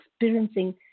experiencing